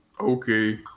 Okay